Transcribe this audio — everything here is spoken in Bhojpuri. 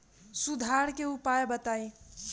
सुधार के उपाय बताई?